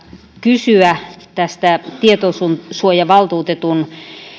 kysyä tietosuojavaltuutetun